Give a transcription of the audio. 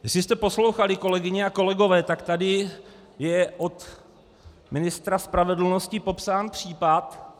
Jestli jste poslouchali, kolegyně a kolegové, tak tady je od ministra spravedlnosti popsán případ.